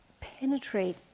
penetrate